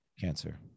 Cancer